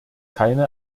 keine